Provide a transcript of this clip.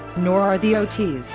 nor are the ots.